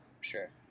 sure